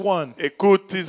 one